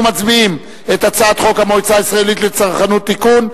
אנחנו מצביעים על הצעת חוק המועצה הישראלית לצרכנות (תיקון),